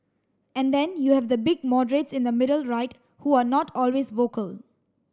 and then you have the big moderates in the middle right who are not always vocal